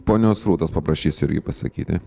ponios rūtos paprašysiu irgi pasisakyti